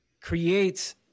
creates